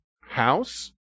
house